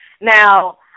Now